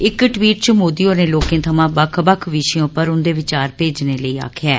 इक ट्वीट च मोदी होरें लोकें थमां बक्ख बक्ख विशे उप्पर उन्दे बचार भेजने लेई आक्खेआ ऐ